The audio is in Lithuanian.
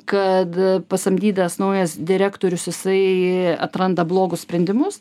kad pasamdytas naujas direktorius jisai atranda blogus sprendimus